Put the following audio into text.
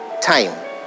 time